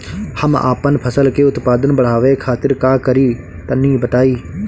हम अपने फसल के उत्पादन बड़ावे खातिर का करी टनी बताई?